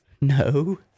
No